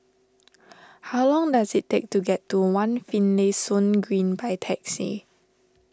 how long does it take to get to one Finlayson Green by taxi